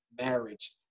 marriage